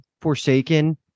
Forsaken